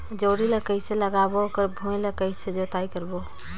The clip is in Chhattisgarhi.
जोणी ला कइसे लगाबो ओकर भुईं ला कइसे जोताई करबो?